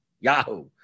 Yahoo